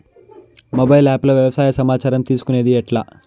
Mobile app లో వ్యవసాయ సమాచారం తీసుకొనేది ఎట్లా?